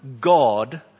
God